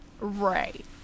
right